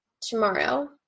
tomorrow